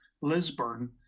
Lisburn